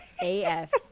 AF